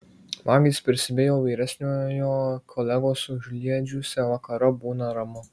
vagys prisibijo vyresniojo kolegos užliedžiuose vakarop būna ramu